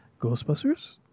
Ghostbusters